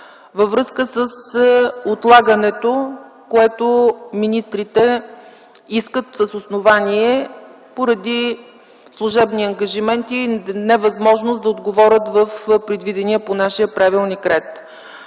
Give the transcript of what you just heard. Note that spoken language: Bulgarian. във връзка с отлагането, което министрите искат с основание, поради служебни ангажименти или невъзможност да отговорят в предвидения по нашия правилник ред.